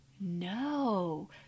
No